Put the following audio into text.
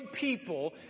people